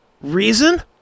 reason